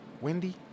Wendy